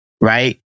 right